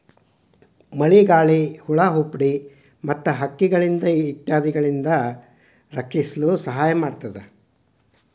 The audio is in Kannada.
ಮಳಿಗಾಳಿ, ಹುಳಾಹುಪ್ಡಿ ಮತ್ತ ಹಕ್ಕಿಗಳಿಂದ ಇತ್ಯಾದಿಗಳಿಂದ ರಕ್ಷಿಸಲು ಸಹಾಯ ಮಾಡುತ್ತದೆ